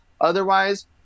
otherwise